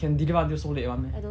can deliver until so late [one] meh